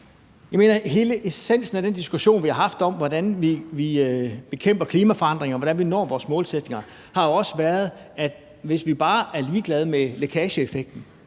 Jeg mener, at hele essensen af den diskussion, vi har haft, om, hvordan vi bekæmper klimaforandringer, hvordan vi når vores målsætninger, jo også har været, at hvis vi bare er ligeglade med lækageeffekten,